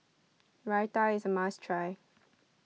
Raita is a must try